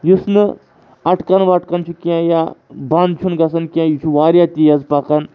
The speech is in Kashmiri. یُس نہٕ اَٹکان وَٹکان چھِ کینٛہہ یا بنٛد چھُنہٕ گژھان کینٛہہ یہِ چھُ واریاہ تیز پَکان